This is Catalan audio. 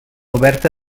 oberta